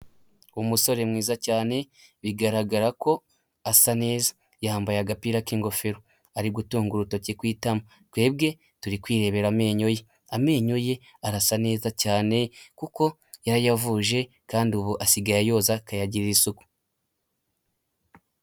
Umusore mwiza cyane bigaragara ko asa neza yambaye agapira k'ingofero, ari gutunga urutoki ku itama, twebwe turi kwirebera amenyo ye, amenyo ye arasa neza cyane kuko yayavuje, kandi ubu asigaye ayoza akayagirira isuku.